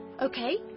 Okay